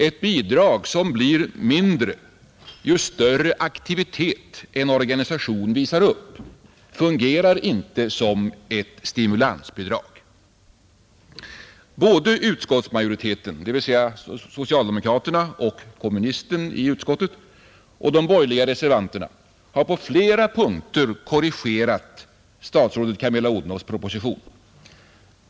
Ett bidrag som ger mindre ju större aktivitet en organisation visar upp fungerar inte som ett stimulansbidrag. Både utskottsmajoriteten, dvs. socialdemokraterna och kommunisten i utskottet, och de borgerliga reservanterna har på flera punkter korrigerat statsrådet Camilla Odhnoffs proposition.